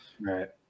right